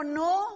no